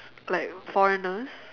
like foreigners